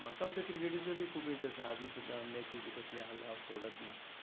म्हाका म्हूण तूं क्रिकेटीचो बी खूब इन्ट्रस्ट आसा आजून सुद्दां मॅची बी आसल्यार हांव सोडच ना